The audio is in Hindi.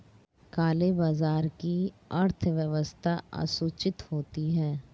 काले बाजार की अर्थव्यवस्था असूचित होती है